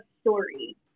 story